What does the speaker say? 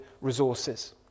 resources